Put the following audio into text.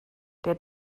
der